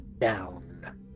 down